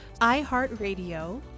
iHeartRadio